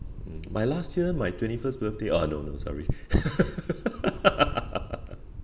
mm my last year my twenty first birthday orh no no sorry